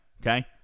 okay